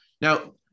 Now